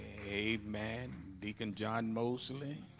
a man deacon john mosley